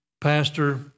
Pastor